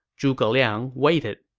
zhuge liang waited